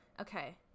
Okay